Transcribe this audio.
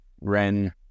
Ren